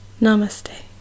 Namaste